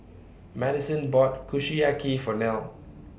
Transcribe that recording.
Madyson bought Kushiyaki For Nell